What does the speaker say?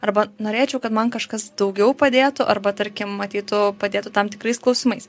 arba norėčiau kad man kažkas daugiau padėtų arba tarkim ateitų padėtų tam tikrais klausimais